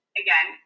again